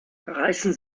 reißen